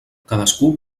cadascú